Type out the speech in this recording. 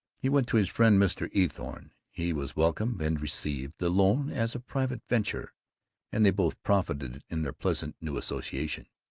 he went to his friend mr. eathorne he was welcomed, and received the loan as a private venture and they both profited in their pleasant new association.